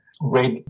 red